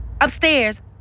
Upstairs